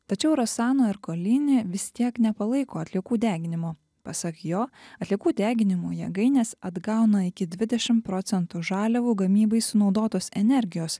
tačiau rosano erkolini vis tiek nepalaiko atliekų deginimo pasak jo atliekų deginimo jėgainės atgauna iki dvidešim procentų žaliavų gamybai sunaudotos energijos